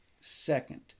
second